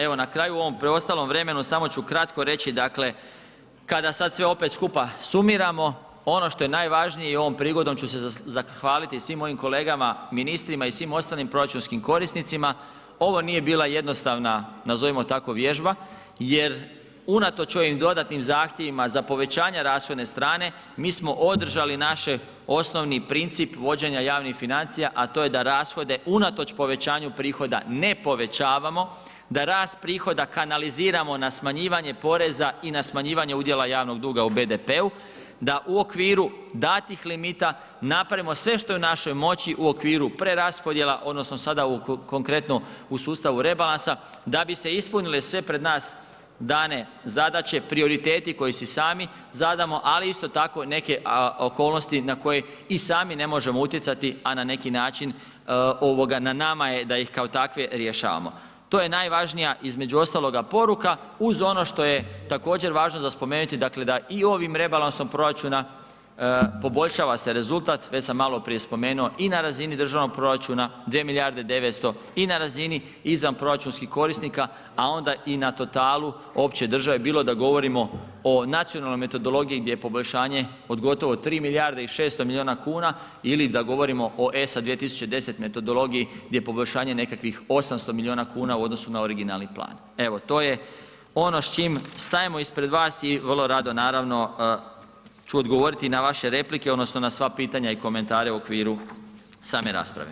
Evo na kraju u ovom preostalom vremenu samo ću kratko reći dakle, kada sad sve opet skupa sumiramo ono što je najvažnije i ovom prigodom ću se zahvaliti svim mojim kolegama ministrima i svim ostalim proračunskim korisnicima, ovo nije bila jednostavna, nazovimo tako, vježba jer unatoč ovim dodatnim zahtjevima za povećanje rashodne strane mi smo održali naše osnovni princip vođenja javnih financija, a to je da rashode unatoč povećanju prihoda ne povećavamo, da rast prihoda kanaliziramo na smanjivanje poreza i na smanjivanje udjela javnog duga u BDP-u, da u okviru datih limita napravimo sve što je u našoj moći u okviru preraspodjela odnosno sada konkretno u sustavu rebalansa da bi se ispunile sve pred nas dane zadaće, prioriteti koji si sami zadamo, ali isto tako i neke okolnosti na koje i sami ne možemo utjecati, a na neki način ovoga na nama je da ih kao takve rješavamo, to je najvažnija između ostaloga poruka uz ono što je također važno za spomenuti dakle da i ovim rebalansom proračuna poboljšava se rezultat, već sam maloprije spomenuo i na razini državnog proračuna 2 milijarde i 900 i na razini izvanproračunskih korisnika, a onda i na totalu opće države bilo da govorimo o nacionalnoj metodologiji gdje je poboljšanje od gotovo 3 milijarde i 600 milijuna kuna ili da govorimo o ESA 2010 metodologiji gdje je poboljšanje nekakvih 800 milijuna kuna u odnosu na originalni plan, evo to je ono s čim stajemo ispred vas i vrlo rado naravno ću odgovoriti na vaše replike odnosno na sva pitanja i komentare u okviru same rasprave.